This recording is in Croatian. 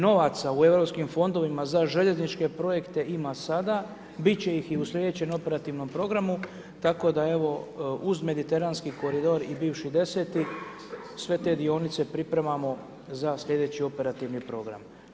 Novaca u EU fondovima za željezničke projekte ima sada, biti će ih i u sljedećem operativnom programu, tako da evo uz mediteranski koridor i bivši 10.-ti sve te dionice pripremamo za sljedeći operativni program.